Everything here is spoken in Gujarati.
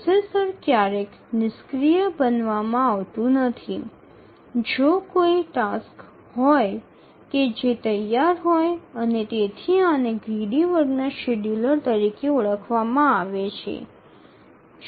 પ્રોસેસર ક્યારેય નિષ્ક્રિય બનાવવામાં આવતું નથી જો ત્યાં કોઈ ટાસ્ક હોય કે જે તૈયાર હોય અને તેથી આને ગ્રીડી વર્ગના શેડ્યુલર તરીકે ઓળખવામાં આવે છે